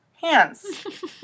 hands